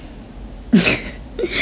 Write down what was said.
because